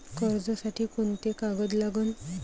कर्जसाठी कोंते कागद लागन?